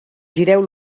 gireu